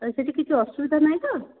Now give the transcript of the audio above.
ସେଇଠି କିଛି ଅସୁବିଧା ନାହିଁ ତ